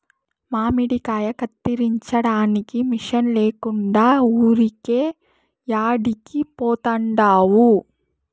మామిడికాయ కత్తిరించడానికి మిషన్ లేకుండా ఊరికే యాడికి పోతండావు